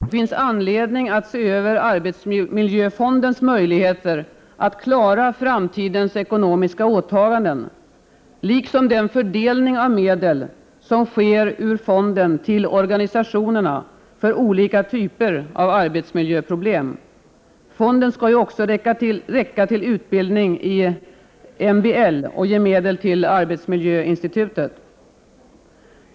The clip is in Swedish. Fru talman! Moderaterna i utskottet är ensamma motionärer och ensamma reservanter i detta betänkande vad angår avsnittet Regionala skyddsombud i tilläggsbudget II. Vi ifrågasätter närmast två ting. Vi anser att systemet med regionala skyddsombud bör ses över, innan beslut fattas om en förändring. Det är en naturlig hantering vid behov av förändringar. Vi anser vidare att det finns anledning att se över arbetsmiljöfondens möjligheter att klara framtidens ekonomiska åtaganden liksom den fördelning av medel som sker ur fonden till organisationerna för olika typer av arbetsmiljöproblem. Fonden skall ju också räcka till utbildning i MBL och ge medel till arbetsmiljöinstitutet.